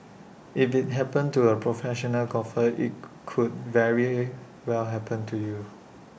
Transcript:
if IT happened to A professional golfer IT could very well happen to you